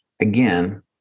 again